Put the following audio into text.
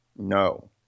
no